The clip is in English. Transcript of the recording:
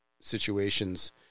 situations